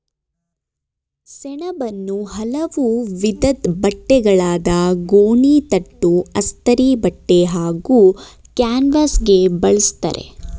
ಸೆಣಬನ್ನು ಹಲವು ವಿಧದ್ ಬಟ್ಟೆಗಳಾದ ಗೋಣಿತಟ್ಟು ಅಸ್ತರಿಬಟ್ಟೆ ಹಾಗೂ ಕ್ಯಾನ್ವಾಸ್ಗೆ ಬಳುಸ್ತರೆ